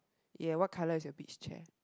what colour is your beach chair